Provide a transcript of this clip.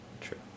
True